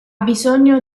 bisogno